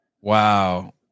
Wow